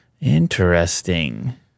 Interesting